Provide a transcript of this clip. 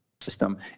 system